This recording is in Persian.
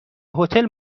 هتل